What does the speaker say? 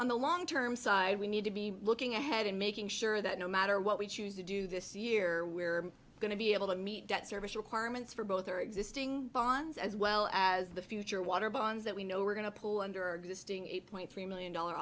on the long term side we need to be looking ahead and making sure that no matter what we choose to do this year we're going to be able to meet debt service requirements for both our existing bonds as well as the future water bonds that we know are going to pull under existing eight point three million dollar